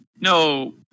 No